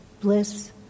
bliss